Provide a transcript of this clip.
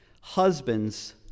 Husbands